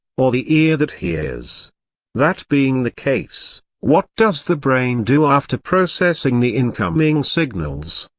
or the ear that hears. that being the case, what does the brain do after processing the incoming signals?